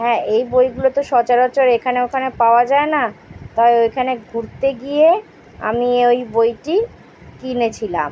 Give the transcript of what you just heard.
হ্যাঁ এই বইগুলো তো সচরাচর এখানে ওখানে পাওয়া যায় না তা ওইখানে ঘুরতে গিয়ে আমি ওই বইটি কিনেছিলাম